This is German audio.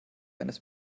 eines